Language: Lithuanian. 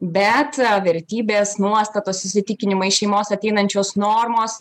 bet vertybės nuostatos įsitikinimai šeimos ateinančios normos